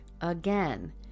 again